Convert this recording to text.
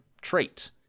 trait